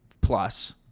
plus